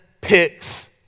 picks